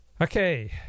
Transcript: Okay